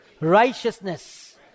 righteousness